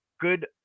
good